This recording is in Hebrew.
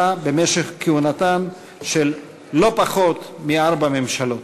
במשך כהונתן של לא פחות מארבע ממשלות.